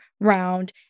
round